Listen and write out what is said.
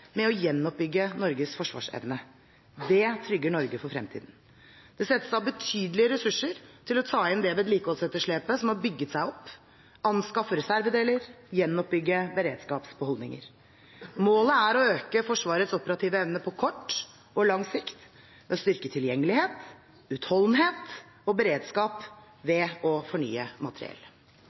med å gjenoppbygge Norges forsvarsevne. Det trygger Norge for fremtiden. Det settes av betydelige ressurser til å ta inn det vedlikeholdsetterslepet som har bygget seg opp, anskaffe reservedeler og gjenoppbygge beredskapsbeholdninger. Målet er å øke Forsvarets operative evne på kort og lang sikt, ved å styrke tilgjengelighet, utholdenhet og beredskap og ved å fornye